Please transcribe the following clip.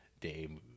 Day